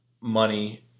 money